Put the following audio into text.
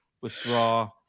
Withdraw